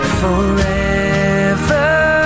forever